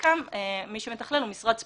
בחלקם, מי שמתכלל הוא משרד ספציפי,